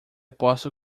posso